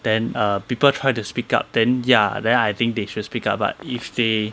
then err people try to speak up then ya then I think they should speak up but if they